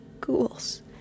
ghouls